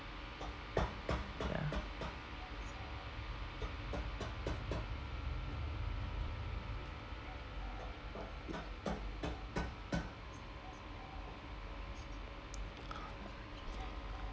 ya